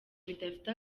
bidafite